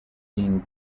themed